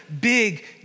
big